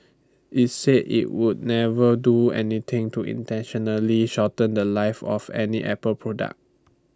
IT said IT would never do anything to intentionally shorten The Life of any Apple product